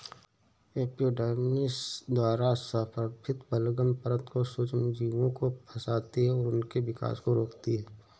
epidermis द्वारा स्रावित बलगम परत जो सूक्ष्मजीवों को फंसाती है और उनके विकास को रोकती है